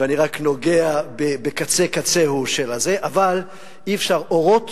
ואני רק נוגע בקצה קצהו, אבל אי-אפשר אורות